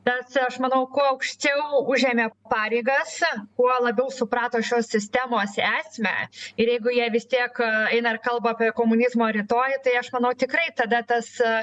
bet aš manau kuo aukščiau užėmė pareigas kuo labiau suprato šios sistemos esmę ir jeigu jie vis tiek eina ir kalba apie komunizmo rytojų tai aš manau tikrai tada tas